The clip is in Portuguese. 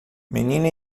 menina